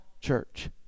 church